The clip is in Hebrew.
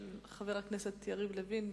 של חבר הכנסת יריב לוין,